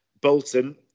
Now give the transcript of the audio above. Bolton